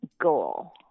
goal